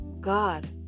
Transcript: God